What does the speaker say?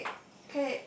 okay